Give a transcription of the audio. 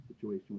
situation